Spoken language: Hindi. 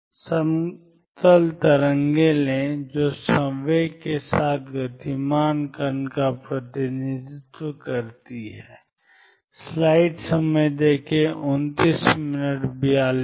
समतल तरंगें लें जो संवेग के साथ गतिमान कण का प्रतिनिधित्व करती हैं